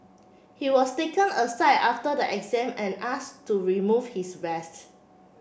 he was taken aside after the exam and asked to remove his vest